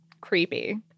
creepy